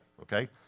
okay